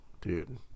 Dude